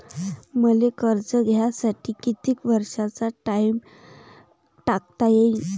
मले कर्ज घ्यासाठी कितीक वर्षाचा टाइम टाकता येईन?